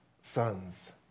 sons